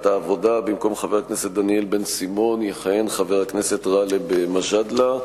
העבודה: במקום חבר הכנסת דניאל בן-סימון יכהן חבר הכנסת גאלב מג'אדלה.